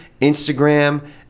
Instagram